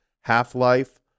Half-Life